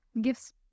gives